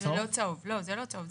לא, זה לא צהוב.